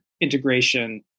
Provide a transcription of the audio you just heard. integration